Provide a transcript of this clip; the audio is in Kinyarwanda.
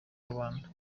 rubanda